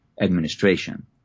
administration